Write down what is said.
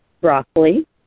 broccoli